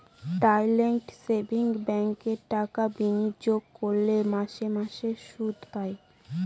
direct savings ব্যাঙ্কে টাকা বিনিয়োগ করলে মাসে মাসে সুদ পায়